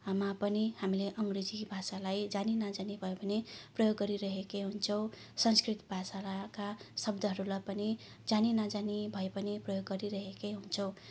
हामा पनि हामीले अङ्ग्रेजी भाषालाई जानी नजानी भए पनि प्रयोग गरिरहेकै हुन्छौँ संस्कृत भाषाका शब्दहरूलाई पनि जानी नजानी भए पनि प्रयोग गरिरहेकै हुन्छौँ